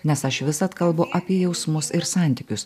nes aš visad kalbu apie jausmus ir santykius